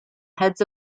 heads